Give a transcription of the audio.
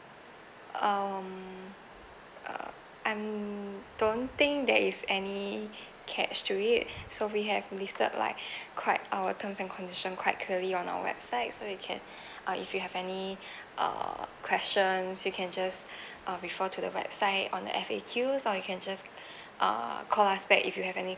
um uh I'm don't think there is any catch to it so we have listed like quite our terms and conditions quite clearly on our website so you can uh if you have any uh questions you can just uh refer to the website on the F_A_Q so you can just uh call us back if you have any